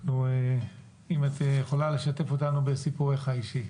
נשמח אם תוכלי לשתף אותנו בסיפורך האישי.